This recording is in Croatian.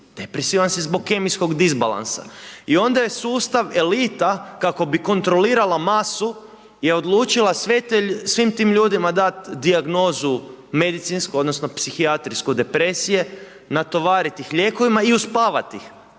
depresivan si zbog kemijskog disbalansa. I onda je sustav elita, kako bi kontrolirala masu je odlučila svim tim ljudima dati dijagnozu medicinsku, odnosno, psihijatrijske depresije, natovariti ih lijekovima i uspavati ih,